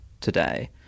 today